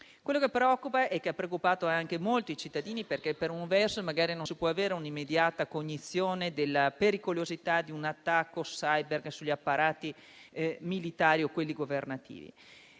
settore che preoccupa e ha preoccupato molti i cittadini, perché per un verso magari si può non avere un'immediata cognizione della pericolosità di un attacco *cyber* sugli apparati militari o governativi;